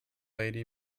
lady